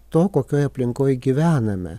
to kokioj aplinkoj gyvename